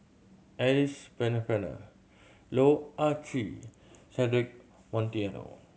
Alice Pennefather Loh Ah Chee Cedric Monteiro